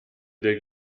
del